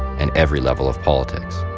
and every level of politics.